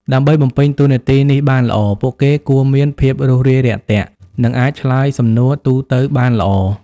ដើម្បីបំពេញតួនាទីនេះបានល្អ ពួកគេគួរមាន ភាពរួសរាយរាក់ទាក់ និងអាច ឆ្លើយសំណួរទូទៅបានល្អ។